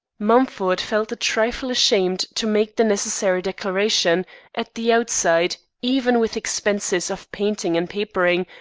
mumford felt a trifle ashamed to make the necessary declaration at the outside, even with expenses of painting and papering,